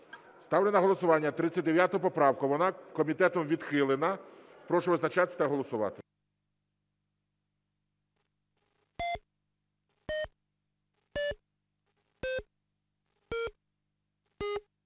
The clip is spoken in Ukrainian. Ставлю на голосування 39 поправку, вона комітетом відхилена. Прошу визначатись та голосувати.